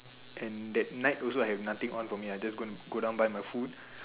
and that night also I have nothing on for me I just gonna go down buy my food